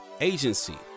Agency